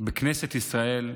בכנסת ישראל,